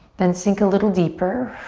then sink a little deeper.